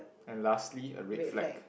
and lastly a red flag